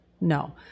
no